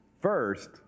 First